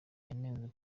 yanenzwe